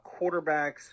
quarterbacks